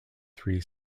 three